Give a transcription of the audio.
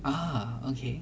ah okay